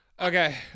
Okay